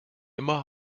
immer